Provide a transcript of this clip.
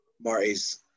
Marty's